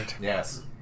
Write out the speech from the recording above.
Yes